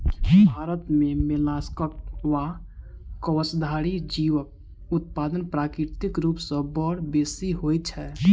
भारत मे मोलास्कक वा कवचधारी जीवक उत्पादन प्राकृतिक रूप सॅ बड़ बेसि होइत छै